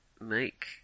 make